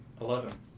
Eleven